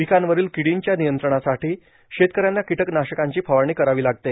पिकांवरील किडींच्या नियंत्रणासाठी शेतकऱ्यांना किट्कनाशकांची फवारणी करावी लागते